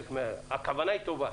הכוונה היא טובה.